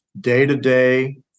day-to-day